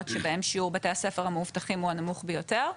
שבהן שיעור בתי הספר המאובטחים הוא הנמוך ביותר,